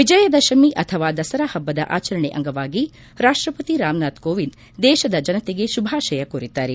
ವಿಜಯದಶಮಿ ಅಥವಾ ದಸರಾ ಹಬ್ಬದ ಆಚರಣೆ ಅಂಗವಾಗಿ ರಾಷ್ಷಪತಿ ರಾಮನಾಥ್ ಕೋವಿಂದ್ ದೇಶದ ಜನತೆಗೆ ಶುಭಾಶಯ ಕೋರಿದ್ದಾರೆ